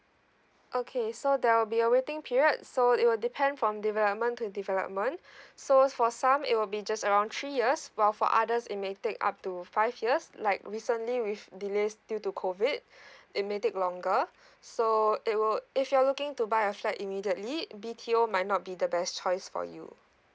okay so there will be a waiting period so it will depend from development to development so for some it will be just around three years while for others in may take up to five years like recently with delays due to COVID it may take longer so it will if you're looking to buy a flat immediately B_T_O might not be the best choice for you